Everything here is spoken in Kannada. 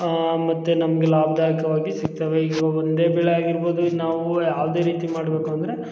ಮತ್ತು ನಮಗೆ ಲಾಭದಾಯಕವಾಗಿ ಸಿಗ್ತವೆ ಈಗ ಒಂದೇ ಬೆಳೆ ಆಗಿರ್ಬೋದು ಈಗ ನಾವು ಯಾವುದೇ ರೀತಿ ಮಾಡಬೇಕು ಅಂದರೆ